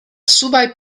subaj